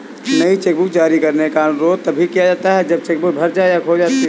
नई चेकबुक जारी करने का अनुरोध तभी किया जाता है जब चेक बुक भर या खो जाती है